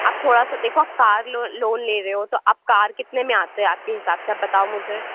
آپ تھوڑا سا دیکھو آپ کار لون لون لے رہے ہو تو آپ کار کتنے میں آتے ہے آپ کے حساب سے آپ بتاؤ مجھے